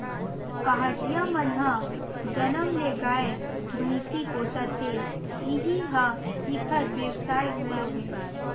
पहाटिया मन ह जनम ले गाय, भइसी पोसत हे इही ह इंखर बेवसाय घलो हे